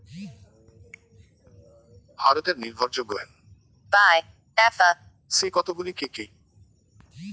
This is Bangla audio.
ভারতের নির্ভরযোগ্য এন.বি.এফ.সি কতগুলি কি কি?